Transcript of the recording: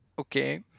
okay